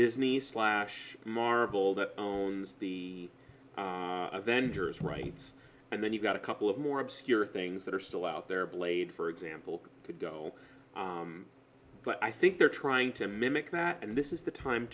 disney slash marvel that owns the avengers rights and then you've got a couple of more obscure things that are still out there blade for example could go but i think they're trying to mimic that and this is the time